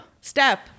Step